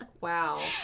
Wow